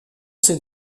ses